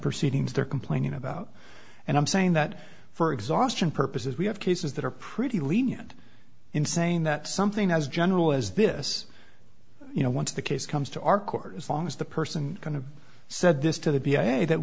proceedings they're complaining about and i'm saying that for exhaustion purposes we have cases that are pretty lenient in saying that something as general as this you know once the case comes to our court as long as the person kind of said this to the